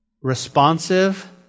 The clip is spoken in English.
responsive